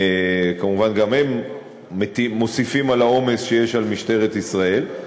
שכמובן גם הם מוסיפים על העומס שיש על משטרת ישראל.